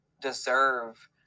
deserve